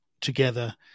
together